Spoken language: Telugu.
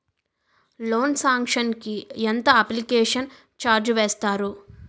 లోన్ సాంక్షన్ కి ఎంత అప్లికేషన్ ఛార్జ్ వేస్తారు?